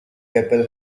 keppel